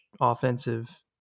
offensive